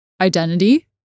identity